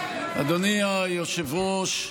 אדוני היושב-ראש,